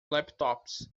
laptops